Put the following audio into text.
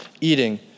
eating